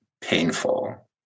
painful